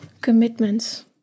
commitments